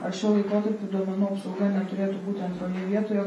ar šiuo laikotarpiu duomenų apsauga neturėtų būti antroje vietoje